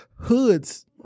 hoods